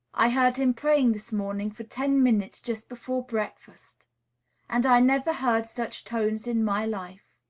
i heard him praying, this morning, for ten minutes, just before breakfast and i never heard such tones in my life.